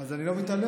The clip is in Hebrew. אז אני לא מתעלם.